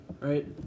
right